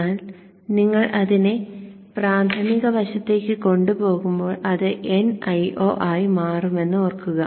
എന്നാൽ നിങ്ങൾ അതിനെ പ്രാഥമിക വശത്തേക്ക് കൊണ്ടുപോകുമ്പോൾ അത് nIo ആയി മാറുമെന്ന് ഓർക്കുക